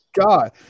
god